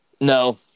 No